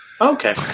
Okay